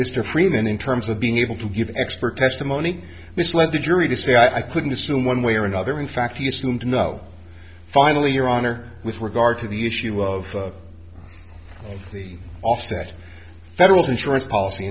mr freeman in terms of being able to give expert testimony misled the jury to say i couldn't assume one way or another in fact he assumed no finally your honor with regard to the issue of the offset federal insurance policy